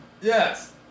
Yes